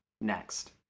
next